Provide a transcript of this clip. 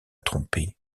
tromper